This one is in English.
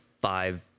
five